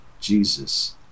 Jesus